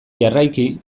jarraiki